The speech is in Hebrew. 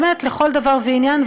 באמת, לכל דבר ועניין.